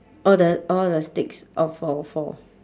orh the orh the sticks of all four